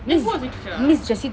then who was your teacher